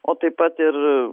o taip pat ir